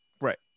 Right